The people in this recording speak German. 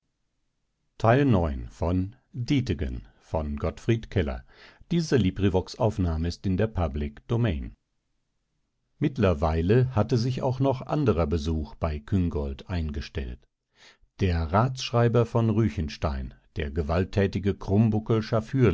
gottfried keller mittlerweile hatte sich auch noch anderer besuch bei küngolt eingestellt der ratsschreiher von ruechenstein der gewalttätige